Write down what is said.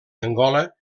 angola